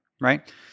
right